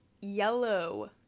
yellow